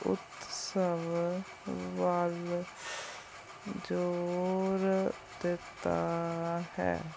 ਉਤਸਵ ਵੱਲ ਜ਼ੋਰ ਦਿੱਤਾ ਹੈ